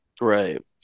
Right